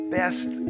Best